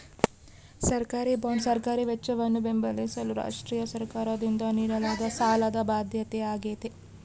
ಸರ್ಕಾರಿಬಾಂಡ್ ಸರ್ಕಾರಿ ವೆಚ್ಚವನ್ನು ಬೆಂಬಲಿಸಲು ರಾಷ್ಟ್ರೀಯ ಸರ್ಕಾರದಿಂದ ನೀಡಲಾದ ಸಾಲದ ಬಾಧ್ಯತೆಯಾಗೈತೆ